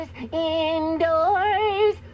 indoors